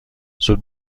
زود